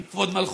עם כבוד מלכות,